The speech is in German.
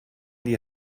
die